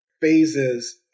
phases